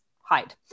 hide